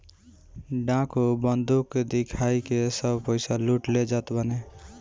डाकू बंदूक दिखाई के सब पईसा लूट ले जात बाने